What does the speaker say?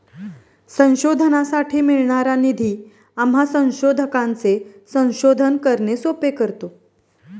संशोधनासाठी मिळणारा निधी आम्हा संशोधकांचे संशोधन करणे सोपे करतो